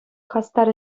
хастар